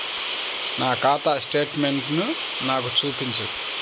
నా ఖాతా స్టేట్మెంట్ను నాకు చూపించు